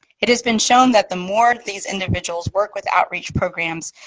it has been shown that the more these individuals work with outreach programs,